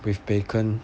with bacon